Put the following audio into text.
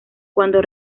cuándo